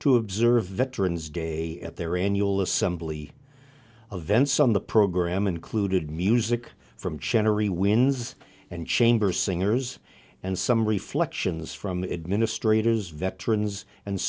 to observe veterans day at their annual assembly events on the program included music from generally wins and chamber singers and some reflections from administrators veterans and